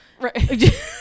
Right